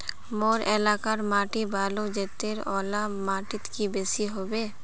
मोर एलाकार माटी बालू जतेर ओ ला माटित की बेसी हबे?